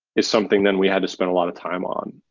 is something then we had to spend a lot of time on.